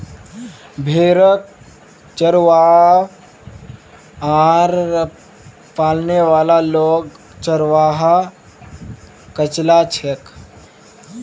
भेड़क चरव्वा आर पालने वाला लोग चरवाहा कचला छेक